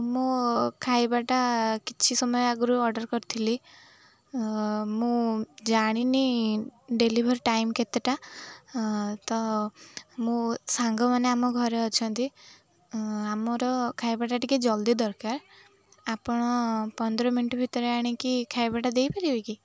ମୁଁ ଖାଇବାଟା କିଛି ସମୟ ଆଗରୁ ଅର୍ଡ଼ର୍ କରିଥିଲି ମୁଁ ଜାଣିନି ଡେଲିଭର୍ ଟାଇମ୍ କେତେଟା ତ ମୁଁ ସାଙ୍ଗମାନେ ଆମ ଘରେ ଅଛନ୍ତି ଆମର ଖାଇବାଟା ଟିକେ ଜଲ୍ଦି ଦରକାର ଆପଣ ପନ୍ଦର ମିନିଟ ଭିତରେ ଆଣିକି ଖାଇବାଟା ଦେଇପାରିବେ କି